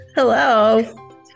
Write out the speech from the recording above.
Hello